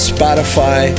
Spotify